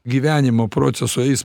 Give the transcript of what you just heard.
gyvenimo procesais